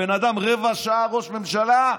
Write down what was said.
הבן אדם רבע שעה ראש ממשלה?